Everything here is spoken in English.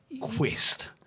quest